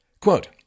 Quote